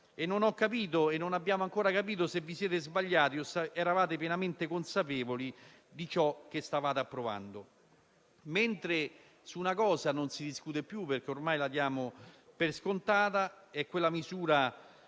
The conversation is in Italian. convintamente e non abbiamo ancora capito se vi siete sbagliati o se eravate pienamente consapevoli di ciò che stavate approvando. Su una cosa non si discute più, perché ormai la si dà per scontata, quella misura